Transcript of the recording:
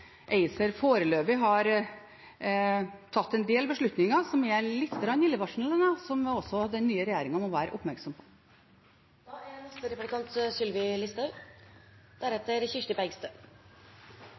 ACER foreløpig har tatt en del beslutninger som er litt illevarslende, som også den nye regjeringen må være oppmerksom